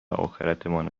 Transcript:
آخرتمان